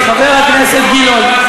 חבר הכנסת גילאון,